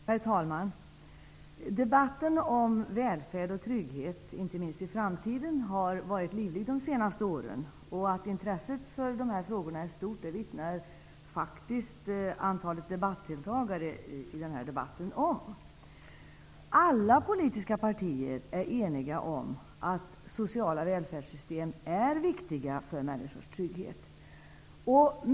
Herr talman! Debatten om välfärd och trygghet, inte minst i framtiden, har varit livlig de senaste åren. Att intresset för dessa frågor är stort, det vittnar antalet debattdeltagare i denna debatt om. Alla politiska partier är eniga om att sociala välfärdssystem är viktiga för människors trygghet.